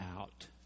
out